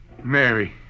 Mary